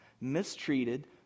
mistreated